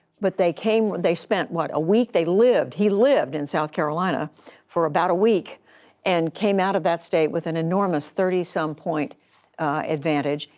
but they came they spent, what, a week. they lived he lived in south carolina for about a week and came out of that state with an enormous thirty some point advantage.